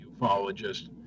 ufologist